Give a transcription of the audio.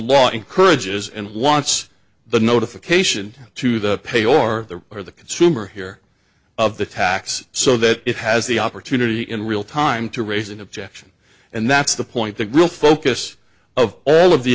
law encourages and wants the notification to the pay or the or the consumer hear of the tax so that it has the opportunity in real time to raise an objection and that's the point the real focus of all of the